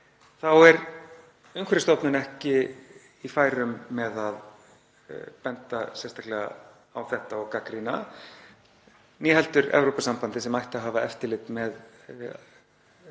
þá er Umhverfisstofnun ekki í færum með að benda sérstaklega á þetta og gagnrýna né heldur Evrópusambandið sem ætti að hafa eftirlit með